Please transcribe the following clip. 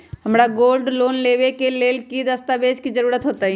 हमरा gold loan लेबे के लेल कि कि दस्ताबेज के जरूरत होयेत?